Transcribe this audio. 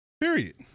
Period